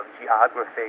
geography